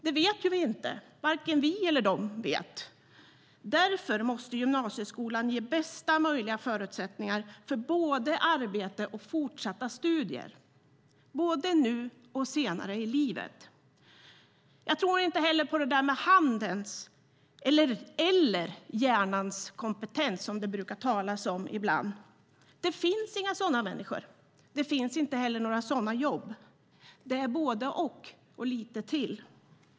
Det vet varken vi eller de, och därför måste gymnasieskolan ge bästa möjliga förutsättningar för både arbete och fortsatta studier, både nu och senare i livet. Jag tror inte heller på det där med handens eller hjärnans kompetens som det brukar talas om ibland. Det finns inga sådana människor, och det finns inte heller sådana jobb. Det är både och - och lite till.